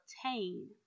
obtain